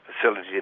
facility